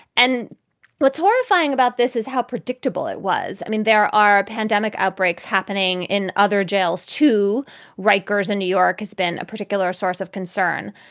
and what's horrifying about this is how predictable it was. i mean, there are ah pandemic outbreaks happening in other jails to rikers in new york has been a particular source of concern.